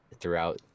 throughout